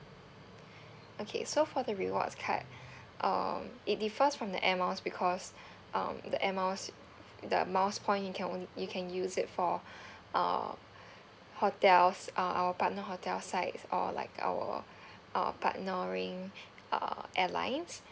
okay so for the rewards card um it differs from the air miles because um the air miles the miles point you can only you can use it for uh hotels uh our partner hotel sides or like our uh partnering uh airlines